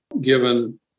given